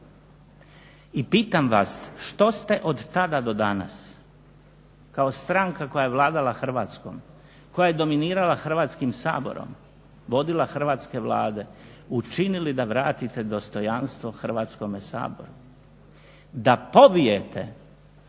I pitam vas što ste od tada do danas kao stranka koja je vladala Hrvatskom, koja je dominirala Hrvatskim saborom vodila hrvatske Vlade učinili da vratite dostojanstvo Hrvatskome saboru, da pobijete sve